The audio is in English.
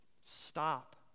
Stop